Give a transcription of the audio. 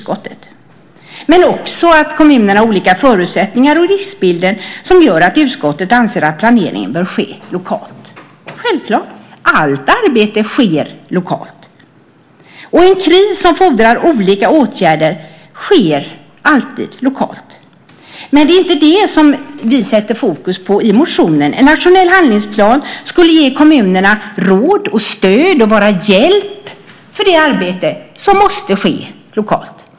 Kommunerna har olika förutsättningar och riskbilder, skriver man, vilket gör att utskottet anser att planeringen bör ske lokalt. Självklart - allt arbete sker lokalt. En kris som fordrar olika åtgärder sker alltid lokalt. Men det är inte detta vi sätter fokus på i motionen. En nationell handlingsplan skulle ge kommunerna råd och stöd och vara en hjälp för det arbete som måste ske lokalt.